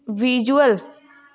visual